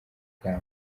ibwami